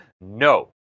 no